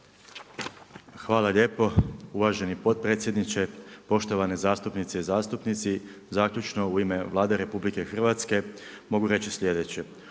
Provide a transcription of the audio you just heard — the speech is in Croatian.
Hvala lijepo uvaženi potpredsjedniče. Poštovane zastupnice i zastupnici, zaključno u ime Vlade RH mogu reći sljedeće,